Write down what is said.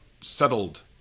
settled